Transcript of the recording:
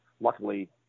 luckily